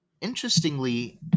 Interestingly